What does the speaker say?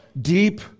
deep